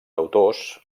autors